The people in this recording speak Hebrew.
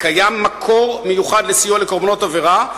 קיים מקור מיוחד לסיוע לקורבנות עבירה,